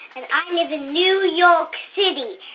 and i live in new york city.